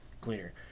cleaner